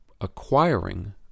acquiring